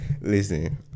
listen